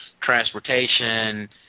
transportation